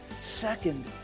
Second